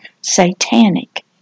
satanic